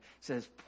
says